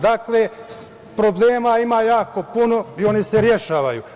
Dakle, problema ima jako puno i oni se rešavaju.